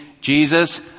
Jesus